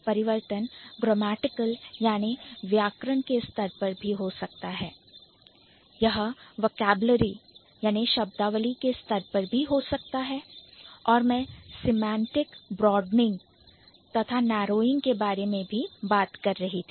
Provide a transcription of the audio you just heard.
परिवर्तन grammatical grammatical अर्थात व्याकरण के स्तर पर भी हो सकता है यह vocabulary level वोकैबलरी लेवल अर्थात शब्दावली के स्तर पर भी हो सकता है और मैं semantic broadening सेमांटिक ब्रॉडेनिंग तथा Narrowing नारोइंग के बारे में भी बात कर रही थी